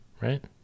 right